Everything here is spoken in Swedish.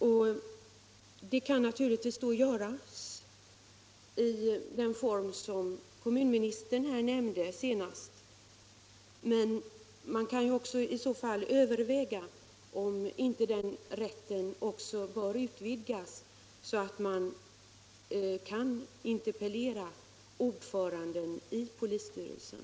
Naturligtvis är det bra att det kan göras i den form som kommunministern nämnde, men man kan också överväga om inte den rätten bör utvidgas så att man kan interpellera ordföranden i polisstyrelsen.